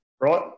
right